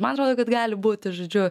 man atrodo kad gali būti žodžiu